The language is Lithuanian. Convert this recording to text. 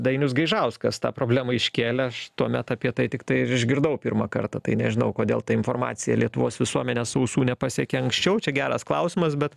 dainius gaižauskas tą problemą iškėlė aš tuomet apie tai tiktai ir išgirdau pirmą kartą tai nežinau kodėl ta informacija lietuvos visuomenės ausų nepasiekė anksčiau čia geras klausimas bet